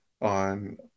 on